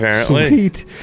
sweet